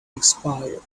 expired